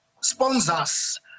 sponsors